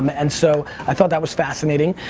um and so, i thought that was fascinating.